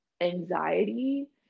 anxiety